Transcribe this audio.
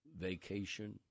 vacation